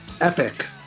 Epic